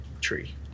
tree